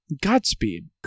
Godspeed